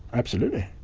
absolutely.